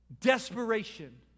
Desperation